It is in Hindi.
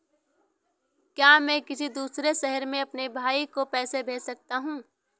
क्या मैं किसी दूसरे शहर में अपने भाई को पैसे भेज सकता हूँ?